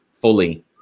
fully